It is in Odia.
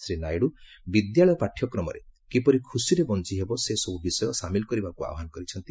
ଶ୍ରୀ ନାଇଡୁ ବିଦ୍ୟଳୟ ପାଠ୍ୟକ୍ରମରେ କିପରି ଖୁସିରେ ବଂଚିହେବ ସେ ବିଷୟ ସାମିଲ କରିବାକୁ ଆହ୍ୱାନ କରିଛନ୍ତି